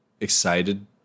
excited